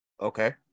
Okay